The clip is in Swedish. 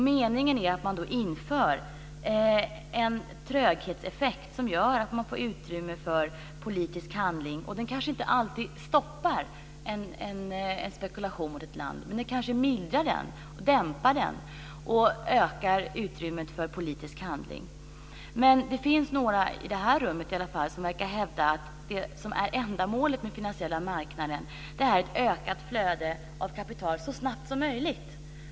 Meningen är att man ska införa en tröghetseffekt som gör att man får utrymme för politisk handling. Den kanske inte alltid stoppar en spekulation mot ett land, men den kanske mildrar och dämpar den. Det finns några, i det här rummet i alla fall, som verkar hävda att ändamålet med den finansiella marknaden är ett ökat flöde av kapital så snabbt som möjligt.